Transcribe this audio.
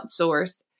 outsource